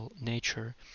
nature